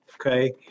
Okay